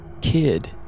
kid